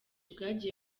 bwagiye